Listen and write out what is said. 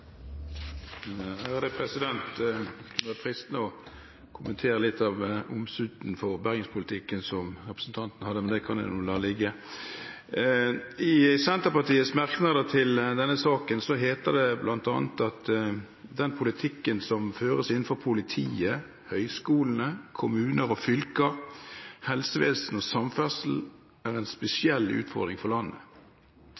som representanten hadde, men det kan jeg la ligge. I Senterpartiets merknader til denne saken, heter det bl.a. at den politikken som føres innenfor politiet, høyskolene, kommuner og fylker, helsevesen og samferdsel, er en spesiell utfordring for landet.